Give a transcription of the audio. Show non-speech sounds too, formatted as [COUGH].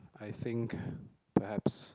I think [BREATH] perhaps